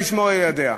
שישמור על ילדיה.